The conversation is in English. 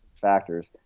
Factors